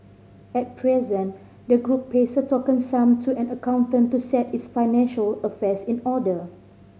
at present the group pays a token sum to an accountant to set its financial affairs in order